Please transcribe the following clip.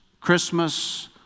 Christmas